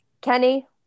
kenny